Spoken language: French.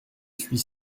suis